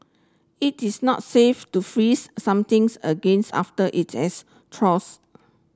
it is not safe to freeze somethings against after it has thaws